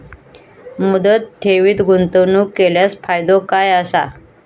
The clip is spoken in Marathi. मुदत ठेवीत गुंतवणूक केल्यास फायदो काय आसा?